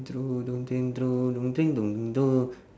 through don't think through don't think don't think through